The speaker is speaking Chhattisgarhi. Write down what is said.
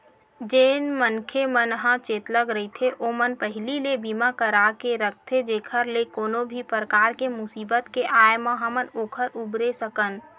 जेन मनखे मन ह चेतलग रहिथे ओमन पहिली ले बीमा करा के रखथे जेखर ले कोनो भी परकार के मुसीबत के आय म हमन ओखर उबरे सकन